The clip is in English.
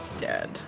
dead